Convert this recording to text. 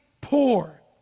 poor